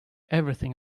everything